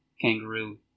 kangaroo